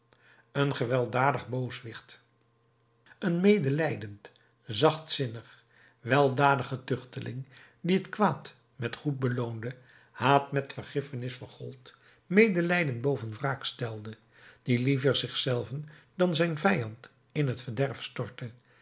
een weldadig booswicht een medelijdend zachtzinnig weldadige tuchteling die het kwaad met goed beloonde haat met vergiffenis vergold medelijden boven wraak stelde die liever zich zelven dan zijn vijand in het verderf stortte